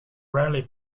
rarely